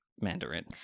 Mandarin